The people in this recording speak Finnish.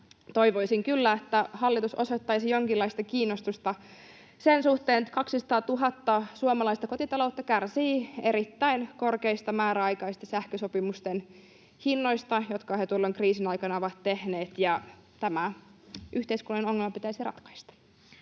toivoisin kyllä, että hallitus osoittaisi jonkinlaista kiinnostusta sen suhteen, että 200 000 suomalaista kotitaloutta kärsii niiden määräaikaisten sähkösopimusten erittäin korkeista hinnoista, jotka he tuolloin kriisin aikana ovat tehneet, ja tämä yhteiskunnallinen ongelma pitäisi ratkaista.